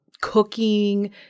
cooking